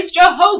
Jehovah